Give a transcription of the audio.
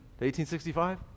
1865